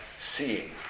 seeing